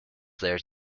there